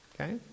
Okay